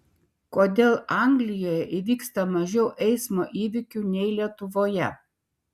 kodėl anglijoje įvyksta mažiau eismo įvykių nei lietuvoje